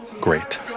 great